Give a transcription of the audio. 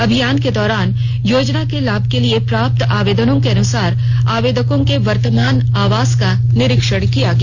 अभियान के दौरान योजना के लाभ के लिए प्राप्त आवेदनों के अनुसार आवेदकों के वर्तमान आवास का निरीक्षण किया गया